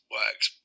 works